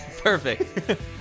Perfect